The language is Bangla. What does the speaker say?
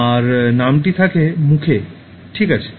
আর নামটি থাকে মুখে ঠিক আছে